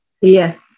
Yes